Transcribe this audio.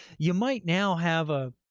you might now have a